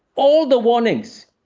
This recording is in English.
all the warnings,